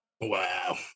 Wow